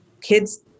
kids